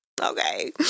Okay